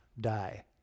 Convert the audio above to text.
die